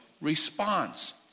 response